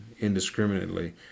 indiscriminately